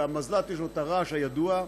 ולמזל"ט יש הרעש הידוע,